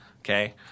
Okay